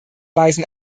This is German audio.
weisen